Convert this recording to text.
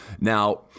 Now